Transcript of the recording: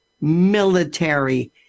military